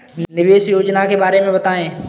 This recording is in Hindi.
निवेश योजना के बारे में बताएँ?